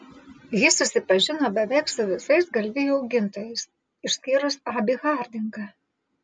ji susipažino beveik su visais galvijų augintojais išskyrus abį hardingą